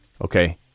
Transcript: Okay